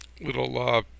little